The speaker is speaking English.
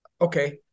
okay